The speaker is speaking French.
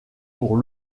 pour